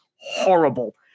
horrible